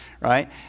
right